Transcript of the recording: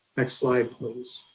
next slide please.